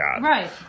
Right